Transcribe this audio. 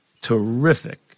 terrific